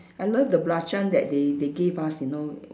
I love the belacan that they they gave us you know